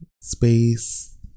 space